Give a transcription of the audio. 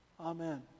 Amen